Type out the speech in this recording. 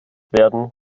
werden